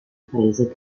paese